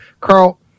Carl